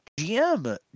GM